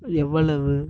எவ்வளவு